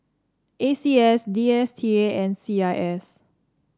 A C S D S T A and C I S